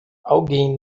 alguém